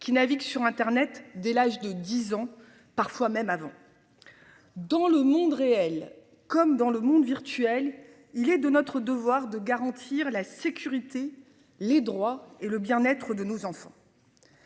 qui naviguent sur Internet dès l'âge de 10 ans, parfois même avant. Dans le monde réel comme dans le monde virtuel, il est de notre devoir de garantir la sécurité. Les droits et le bien-être de nos enfants.